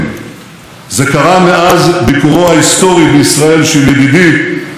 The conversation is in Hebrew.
ממשלת הודו נרנדרה מודי וביקור הגומלין שלי בהודו,